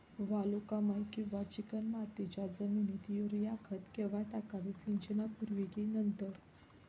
वालुकामय किंवा चिकणमातीच्या जमिनीत युरिया खत केव्हा टाकावे, सिंचनापूर्वी की नंतर?